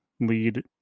lead